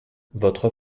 votre